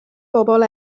bobl